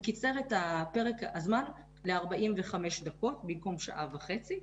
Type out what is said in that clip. הוא קיצר את פרק הזמן ל-45 דקות במקום שעה וחצי,